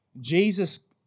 Jesus